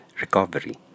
recovery